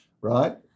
Right